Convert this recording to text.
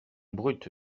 brut